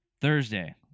Thursday